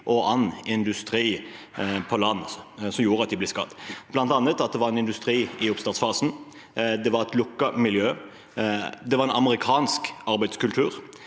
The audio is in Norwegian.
og annen industri på land som gjorde at de ble skadet, bl.a. at det var en industri i oppstartsfasen, det var et lukket miljø, det var en amerikansk arbeidskultur,